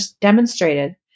demonstrated